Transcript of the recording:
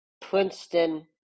Princeton